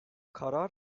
karar